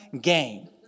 game